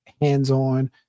hands-on